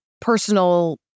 personal